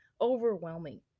overwhelming